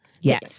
Yes